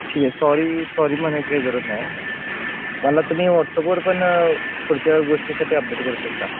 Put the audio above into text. ठीक आहे sorry sorry म्हणायची काय जरूरत नाही मला तुम्ही व्हॉटसअपवर पण पुढच्या गोष्टीसाठी अपडेट करू शकता